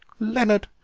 leonard,